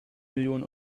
millionen